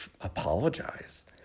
apologize